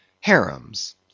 harems